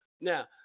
Now